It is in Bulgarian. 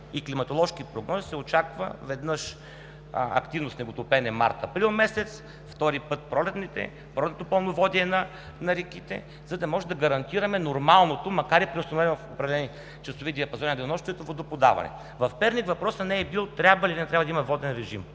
и климатоложки прогнози се очаква, веднъж, активно снеготопене март – април месец, втори път – пролетното пълноводие на реките, за да можем да гарантираме нормалното, макар и преустановено в определени часови диапазони на денонощието водоподаване. В Перник въпросът не е бил трябва ли, или не трябва да има воден режим.